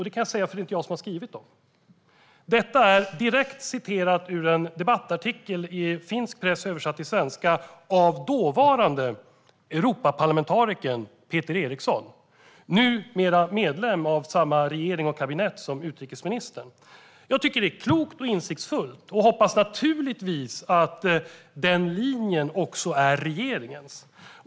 Det kan jag säga, för det är inte jag som har skrivit dem. Detta är direkt citerat ur en debattartikel i finsk press skriven av dåvarande Europaparlamentarikern Peter Eriksson, numera medlem av samma regering och kabinett som utrikesminister Margot Wallström. Jag tycker att det är klokt och insiktsfullt och hoppas naturligtvis att den linjen också är regeringens.